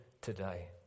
today